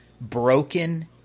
broken